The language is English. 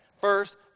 First